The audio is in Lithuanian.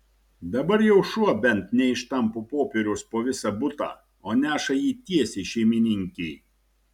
dabar jau šuo bent neištampo popieriaus po visą butą o neša jį tiesiai šeimininkei